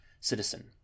Citizen